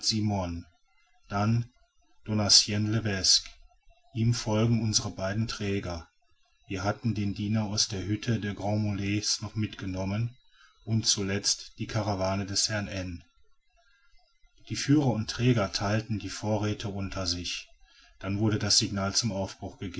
simon dann donatien levesque ihm folgen unsere beiden träger wir hatten den diener aus der hütte der grands mulets noch mitgenommen und zuletzt die karawane des herrn n die führer und träger theilten die vorräthe unter sich dann wurde das signal zum aufbruch